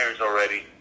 already